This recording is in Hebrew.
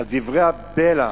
על דברי הבלע